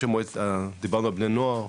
דיברנו על בני נוער,